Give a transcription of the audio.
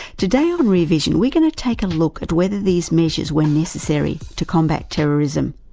today on rear vision we're going to take a look at whether these measures were necessary to combat terrorism,